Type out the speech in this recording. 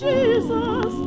Jesus